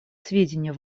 сведению